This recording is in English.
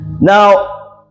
Now